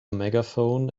megaphone